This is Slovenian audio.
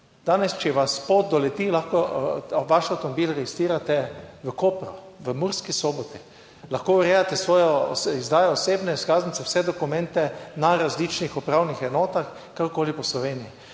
Danes, če vas pot doleti, lahko vaš avtomobil registrirate v Kopru, v Murski Soboti, lahko urejate svojo, izdajo osebne izkaznice, vse dokumente, na različnih upravnih enotah, kakorkoli po Sloveniji.